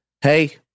hey